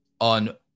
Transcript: on